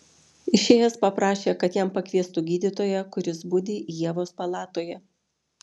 išėjęs paprašė kad jam pakviestų gydytoją kuri budi ievos palatoje